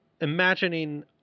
imagining